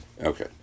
Okay